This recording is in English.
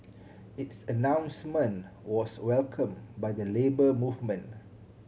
its announcement was welcomed by the Labour Movement